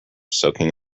soaking